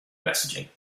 messaging